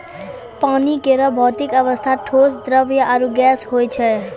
पानी केरो भौतिक अवस्था ठोस, द्रव्य आरु गैस होय छै